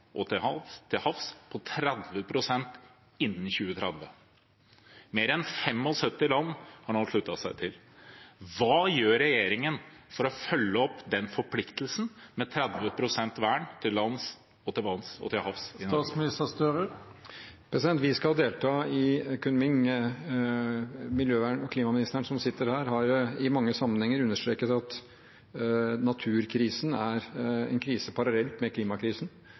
og til havs på 30 pst. innen 2030. Mer enn 75 land har nå sluttet seg til. Hva gjør regjeringen for å følge opp den forpliktelsen, med 30 pst. vern til lands og til havs innen 2030? Vi skal delta i Kunming. Klima- og miljøministeren, som sitter her, har i mange sammenhenger understreket at naturkrisen er en krise parallelt med klimakrisen,